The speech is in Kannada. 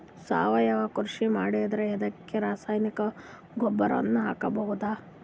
ಸಾವಯವ ಕೃಷಿ ಮಾಡದ್ರ ಅದಕ್ಕೆ ರಸಗೊಬ್ಬರನು ಹಾಕಬಹುದಾ?